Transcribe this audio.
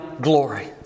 glory